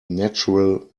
natural